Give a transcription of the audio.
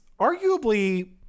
arguably